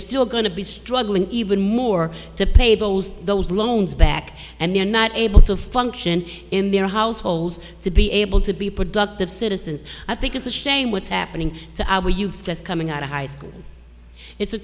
still going to be struggling even more to pay those those loans back and they're not able to function in their households to be able to be productive citizens i think it's a shame what's happening to our youth that's coming out of high school it's a